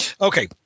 Okay